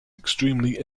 extremely